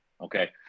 Okay